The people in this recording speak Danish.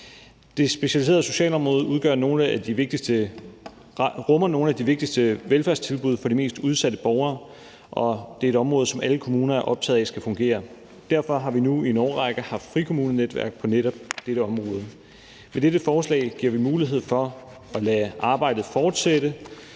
Det specialiserede socialområde rummer nogle af de vigtigste velfærdstilbud for de mest udsatte borgere, og det er et område, som alle kommuner er optaget af skal fungere. Derfor har vi nu i en årrække haft frikommunenetværk på netop dette område. Med dette forslag giver vi mulighed for at lade arbejdet fortsætte.